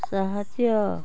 ସାହାଯ୍ୟ